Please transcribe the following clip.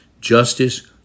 justice